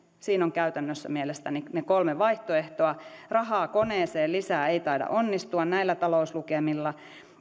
siinä on käytännössä ne kolme vaihtoehtoa rahaa koneeseen lisää vaihtoehto ei taida onnistua näillä talouslukemilla